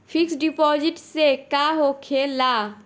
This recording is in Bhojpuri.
फिक्स डिपाँजिट से का होखे ला?